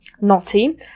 Naughty